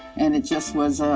and it just was,